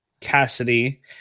Cassidy